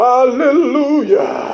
Hallelujah